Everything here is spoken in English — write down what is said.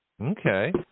Okay